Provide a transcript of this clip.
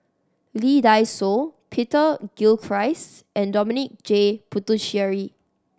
Lee Dai Soh Peter Gilchrist and Dominic J Puthucheary